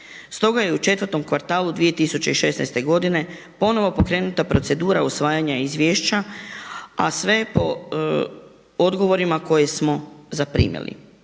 Stoga je u 4 kvartalu 2016. godine ponovo pokrenuta procedura usvajanja izvješća, a sve po odgovorima koje smo zaprimili.